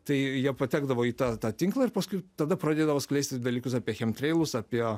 tai jie patekdavo į tą tą tinklą ir paskui tada pradėdavo skleisti dalykus apie chemtreilus apie